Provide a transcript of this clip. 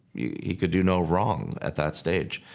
he could do no wrong at that stage.